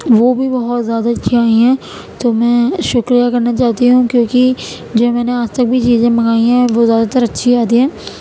وہ بھی بہت زیادہ اچھا ہے تو میں شکریہ کرنا چاہتی ہوں کیوں کہ جو میں نے آج تک بھی چیزیں منگائی ہیں وہ زیادہ تر اچھی آتی ہیں